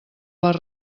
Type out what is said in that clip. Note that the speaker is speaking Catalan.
les